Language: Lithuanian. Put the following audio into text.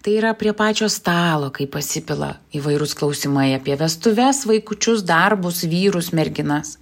tai yra prie pačio stalo kai pasipila įvairūs klausimai apie vestuves vaikučius darbus vyrus merginas